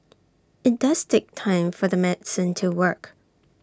IT does take time for the medicine to work